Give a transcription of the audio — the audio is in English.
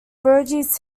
burgess